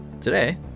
Today